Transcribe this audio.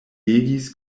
legis